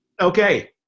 Okay